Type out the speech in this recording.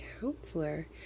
Counselor